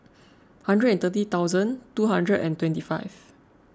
hundred and thirty thousand two hundred and twenty five